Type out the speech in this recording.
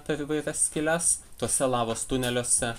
per įvairias skyles tuose lavos tuneliuose